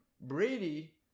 Brady